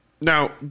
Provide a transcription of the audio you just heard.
Now